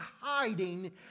hiding